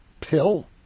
Pill